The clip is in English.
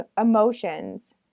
emotions